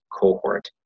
cohort